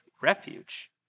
refuge